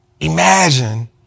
Imagine